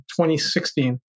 2016